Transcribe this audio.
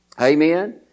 Amen